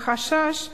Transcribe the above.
מחשש לפיטורים,